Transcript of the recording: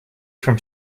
from